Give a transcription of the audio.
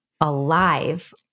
alive